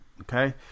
Okay